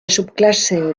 subclasse